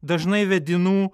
dažnai vedinų